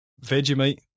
Vegemite